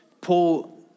Paul